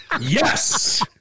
Yes